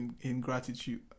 ingratitude